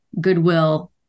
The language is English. goodwill